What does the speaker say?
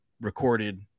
recorded